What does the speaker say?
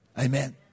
Amen